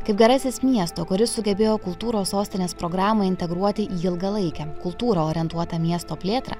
kaip gerasis miesto kuris sugebėjo kultūros sostinės programą integruoti į ilgalaikę kultūrą orientuotą miesto plėtrą